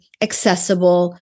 accessible